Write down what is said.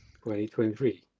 2023